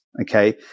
Okay